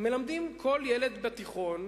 מלמדים כל ילד בתיכון,